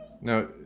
Now